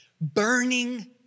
burning